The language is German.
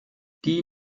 die